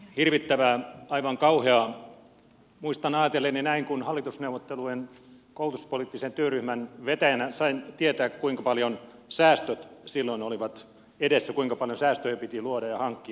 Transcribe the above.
hirvittävää aivan kauheaa muistan ajatelleeni näin kun hallitusneuvottelujen koulutuspoliittisen työryhmän vetäjänä sain tietää kuinka paljot säästöjä silloin oli edessä kuinka paljon säästöjä piti luoda ja hankkia